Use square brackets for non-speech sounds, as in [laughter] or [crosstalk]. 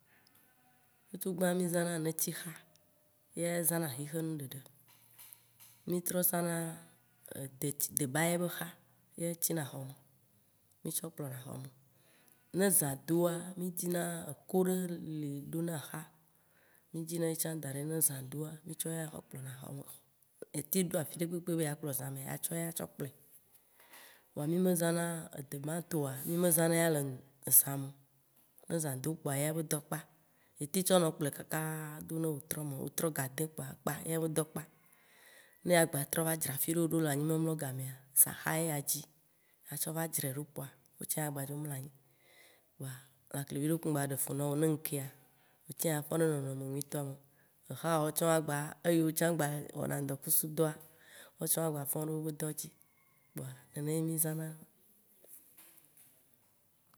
[noise] Tutugbã, mì zãna netixa, eya zãna xixenu ɖeɖe, mì trɔ zãna deti debaya be xa ye ya ti na xɔ me, mì tsɔ kplɔna xɔ me. Ne zã doa, eko ɖe li mìdzina eko ɖe li ɖona xa, mì dzina ye tsã daɖi, ne zã doa mì tsɔna eya xɔ kplɔna xɔ me. Etem ɖo afiɖekpekpe be ya kplɔ zã me atem tsɔ eya kplɔe. Voa mì me zãna edebaya tɔa, mì me zã na eya le zã me o. Ne zã do kpoa eya be dɔ kpa, etem tsɔ nɔ kplɔe kaka ne wetrɔ me, wetrɔ ga ade kpoa ekpa, eya be dɔ kpa. Ne agba dzra afiɖe ɖo le zã mea, saxa ye adzi atsɔ va dzrae ɖo kpoa atsã agba dzo mlɔ anyi kpoa lãkle vi ɖekpe mgba va ɖe fu nɔwo, ne ŋkea, wotsã afɔna le nɔnɔme nyuitɔa me, exawòwo tsã gba eyiwo tsã gba wɔna ŋdɔkusu dɔa, woawo tsã woagba fɔ̃ ɖe wobe dɔ dzi. kpoa nene mì zãna.